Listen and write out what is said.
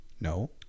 No